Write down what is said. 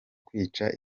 kwica